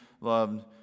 loved